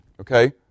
okay